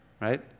right